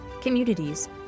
communities